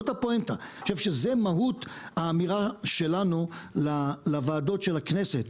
אני חושב שאת מהות האמירה שלנו לוועדות של הכנסת.